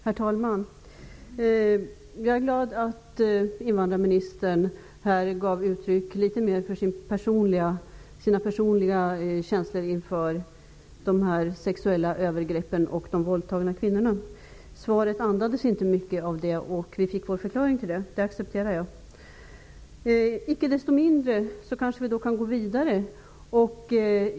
Herr talman! Jag är glad att invandrarministern här litet mera gav uttryck för sina personliga känslor inför våldtäkter och sexuella övergrepp på kvinnor. Svaret andades inte mycket av det. Nu fick vi en förklaring till det, och jag accepterar den. Icke desto mindre kanske vi kan gå vidare.